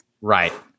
Right